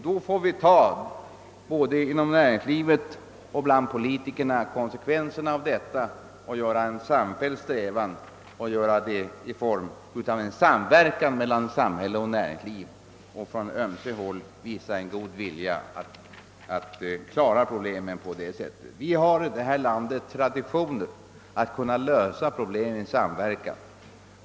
Då får vi — både inom näringslivet och bland politikerna — ta konsekvenserna av detta genom samverkan mellan samhälle och näringsliv och genom att från ömse håll visa god vilja att klara problemen på detta sätt. Vårt land har traditioner när det gäller att lösa problem i samverkan.